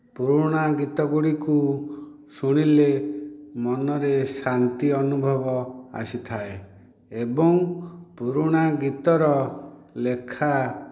ପୁରୁଣା ଗୀତ ଗୁଡ଼ିକୁ ଶୁଣିଲେ ମନରେ ଶାନ୍ତି ଅନୁଭବ ଆସିଥାଏ ଏବଂ ପୁରୁଣା ଗୀତର ଲେଖା